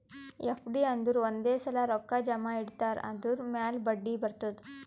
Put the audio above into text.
FD ಅಂದುರ್ ಒಂದೇ ಸಲಾ ರೊಕ್ಕಾ ಜಮಾ ಇಡ್ತಾರ್ ಅದುರ್ ಮ್ಯಾಲ ಬಡ್ಡಿ ಬರ್ತುದ್